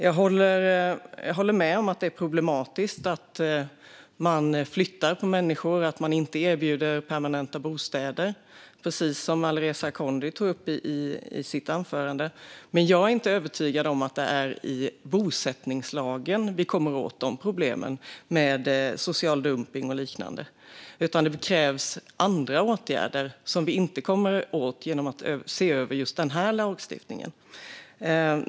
Jag håller med om att det är problematiskt att man flyttar på människor och att man inte erbjuder permanenta bostäder, som Alireza Akhondi tog upp i sitt anförande. Men jag är inte övertygad om att det är i bosättningslagen vi kommer åt problemen med social dumpning och liknande. De kräver andra åtgärder som vi inte kommer åt genom att se över just den här lagstiftningen.